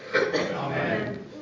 Amen